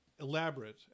elaborate